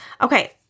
Okay